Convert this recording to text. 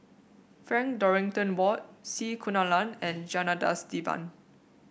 Frank Dorrington Ward C Kunalan and Janadas Devan